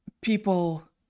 people